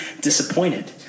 disappointed